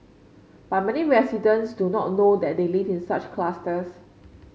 but many residents do not know that they live in such clusters